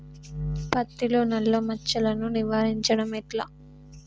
పత్తిలో నల్లా మచ్చలను నివారించడం ఎట్లా?